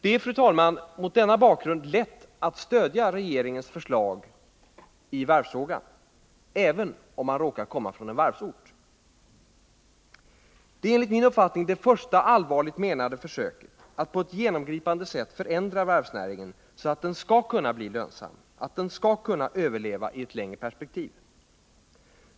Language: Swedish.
Det är, fru talman, mot denna bakgrund lätt att stödja regeringens förslag i varvsfrågan — även om man råkar komma från en varvsort. Förslaget är enligt min uppfattning det första allvarligt menade försöket att på ett genomgripande sätt förändra varvsnäringen så att den skall kunna bli lönsam och kunna överleva i ett längre perspektiv.